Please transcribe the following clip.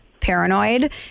paranoid